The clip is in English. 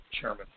chairman